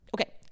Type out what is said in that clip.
okay